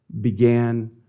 began